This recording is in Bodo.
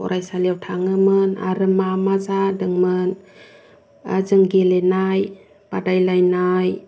फरायसालियाव थाङोमोन आरो मा मा जादोंमोन जों गेलेनाय बादायलायनाय